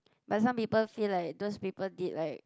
but some people feel like those people did like